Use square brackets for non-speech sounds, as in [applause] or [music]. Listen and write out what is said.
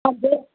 [unintelligible]